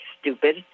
stupid